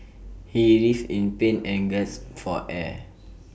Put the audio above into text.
he writhed in pain and gasped for air